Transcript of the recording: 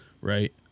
Right